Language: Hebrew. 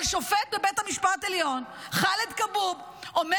אבל שופט בבית משפט עליון ח'אלד כבוב אומר